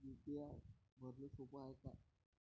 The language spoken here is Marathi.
यू.पी.आय भरनं सोप हाय का?